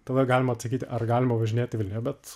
tada galima atsakyti ar galima važinėti vilniuje bet